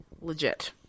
Legit